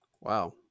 Wow